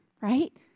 right